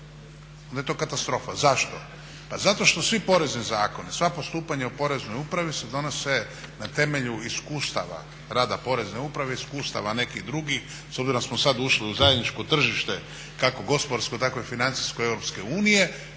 onda je to katastrofa. Zašto? Pa zato što svi porezni zakoni sva postupanja u poreznoj upravi se donose na temelju iskustava rada Porezne uprave iskustava nekih drugih. S obzirom da smo sada ušli u zajedničko tržište kako gospodarsko tako i financijsko EU da se unaprijedi